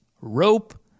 rope